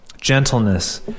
Gentleness